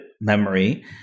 memory